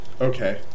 Okay